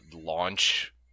launch